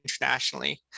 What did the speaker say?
internationally